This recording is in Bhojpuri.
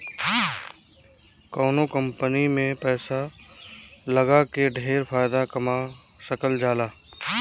कवनो कंपनी में पैसा लगा के ढेर फायदा कमा सकल जाला